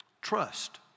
trust